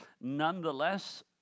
nonetheless